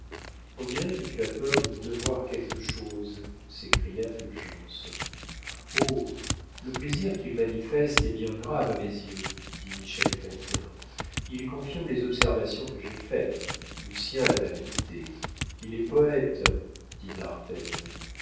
on dirait que tu as peur de nous devoir quelque chose s'écria fulgence oh le plaisir qu'il manifeste est bien grave à mes yeux dit michel chrestien il confirme les observations que j'ai faites lucien a de la vanité il est poète dit